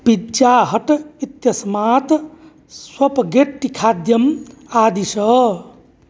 pizza Hut इत्यस्मात् स्वपगेट्टिखाद्यम् आदिश